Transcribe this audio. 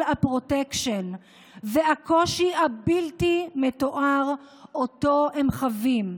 הפרוטקשן והקושי הבלתי-יתואר שאותו הם חווים.